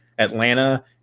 Atlanta